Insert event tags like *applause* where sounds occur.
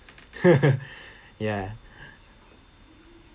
*laughs* ya